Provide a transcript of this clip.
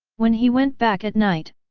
when he went back at night,